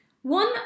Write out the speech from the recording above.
One